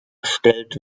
stellt